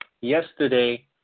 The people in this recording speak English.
yesterday